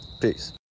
peace